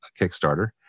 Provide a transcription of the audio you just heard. Kickstarter